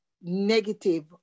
negative